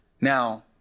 Now